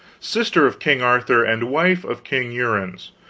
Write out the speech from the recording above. sister of king arthur, and wife of king uriens,